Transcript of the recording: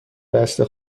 بسته